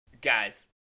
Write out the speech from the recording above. Guys